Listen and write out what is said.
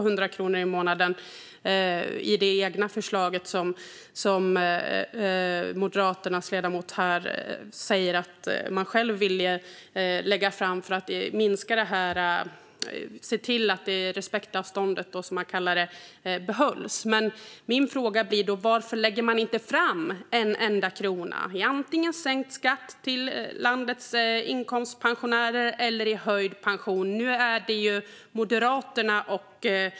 Ledamoten säger att Moderaternas förslag handlade om att behålla respektavståndet. Men nu när ni och era samarbetspartier styr landet lägger ni varken fram förslag om sänkt skatt till landets inkomstpensionärer eller höjd pension.